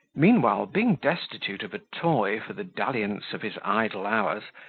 meanwhile, being destitute of a toy for the dalliance of his idle hours,